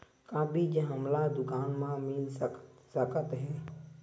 का बीज हमला दुकान म मिल सकत हे?